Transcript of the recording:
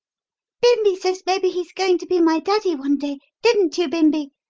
bimbi says maybe he's going to be my daddy one day didn't you, bimbi?